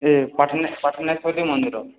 ଏ ପାଟେଣିଶ୍ୱରୀ ମନ୍ଦିର